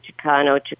Chicano